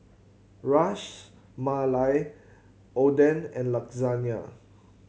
Ras Malai Oden and Lasagne